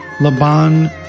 Laban